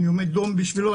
אני עומד דום בשבילו,